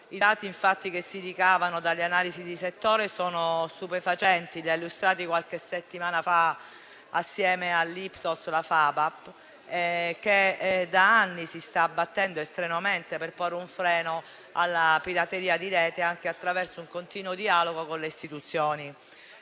infatti, che si ricavano dalle analisi di settore sono stupefacenti. Li ha illustrati qualche settimana fa, insieme all'Ipsos la FAPAV, che da anni si sta battendo strenuamente per porre un freno alla pirateria di rete anche attraverso un continuo dialogo con le istituzioni.